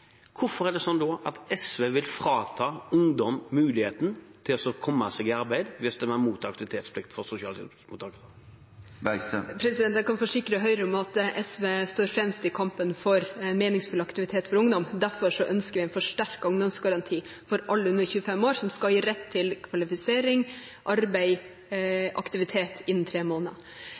SV frata ungdom muligheten til å komme seg i arbeid, ved å stemme mot aktivitetsplikt for sosialhjelpsmottakere? Jeg kan forsikre Høyre om at SV står fremst i kampen for meningsfull aktivitet for ungdom. Derfor ønsker vi en forsterket ungdomsgaranti for alle under 25 år, som skal gi rett til kvalifisering, arbeid og aktivitet innen tre måneder.